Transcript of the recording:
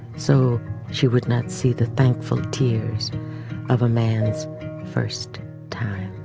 so she would not see the thankful tears of a man's first time.